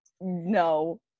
no